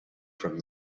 from